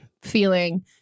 feeling